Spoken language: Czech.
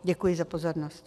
Děkuji za pozornost.